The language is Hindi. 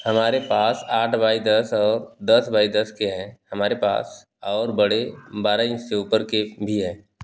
हमारे पास आठ बाइ दस और दस बाइ दस के हैं हमारे पास और बड़े बारह इन्च से ऊपर के भी हैं